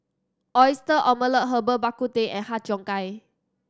Oyster Omelette Herbal Bak Ku Teh and Har Cheong Gai